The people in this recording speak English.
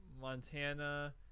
Montana